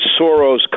Soros